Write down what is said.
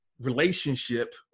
relationship